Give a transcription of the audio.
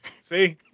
See